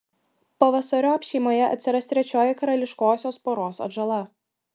pavasariop šeimoje atsiras trečioji karališkosios poros atžala